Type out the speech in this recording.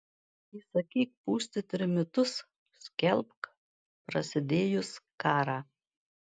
įsakyk pūsti trimitus skelbk prasidėjus karą